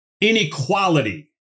Inequality